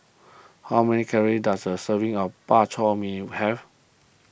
how many calories does a serving of Bak Chor Mee have